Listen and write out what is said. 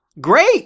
Great